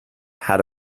had